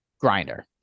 grinder